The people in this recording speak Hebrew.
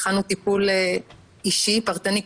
התחלנו טיפול אישי פרטני,